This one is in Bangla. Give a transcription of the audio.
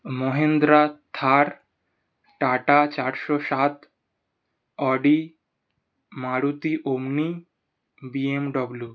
মহেন্দ্রা থার টাটা চারশো সাত অডি মারুতি ওমনি বিএমডব্লু